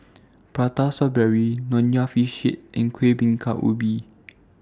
Prata Strawberry Nonya Fish Head and Kuih Bingka Ubi